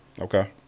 Okay